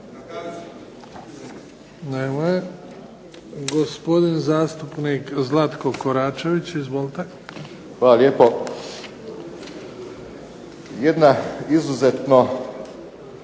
Hvala lijepo. Jedna izuzetno